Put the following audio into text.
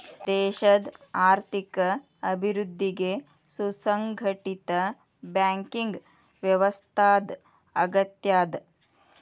ದೇಶದ್ ಆರ್ಥಿಕ ಅಭಿವೃದ್ಧಿಗೆ ಸುಸಂಘಟಿತ ಬ್ಯಾಂಕಿಂಗ್ ವ್ಯವಸ್ಥಾದ್ ಅಗತ್ಯದ